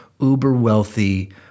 uber-wealthy